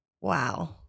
Wow